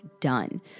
done